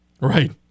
Right